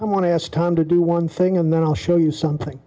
i want to ask time to do one thing and then i'll show you something